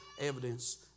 Evidence